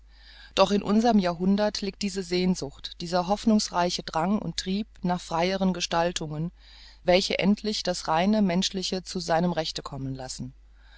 doch in uns'rem jahrhundert liegt diese sehnsucht dieser hoffnungsreiche drang und trieb nach freieren gestaltungen welche endlich das rein menschliche zu seinem rechte kommen lassen